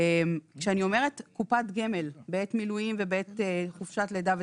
כשאני אומרת קופת גמל בעת מילואים וחופשת לידה,